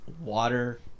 water